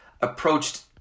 approached